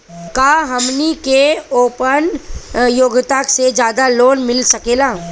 का हमनी के आपन योग्यता से ज्यादा लोन मिल सकेला?